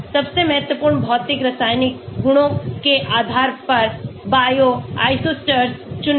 सबसे महत्वपूर्ण भौतिक रासायनिक गुणों के आधार पर बायो आइसोस्टर चुनें